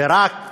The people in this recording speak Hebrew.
ורק